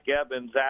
evans